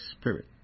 Spirit